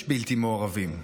יש בלתי מעורבים,